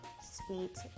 sweet